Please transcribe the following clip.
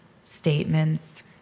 statements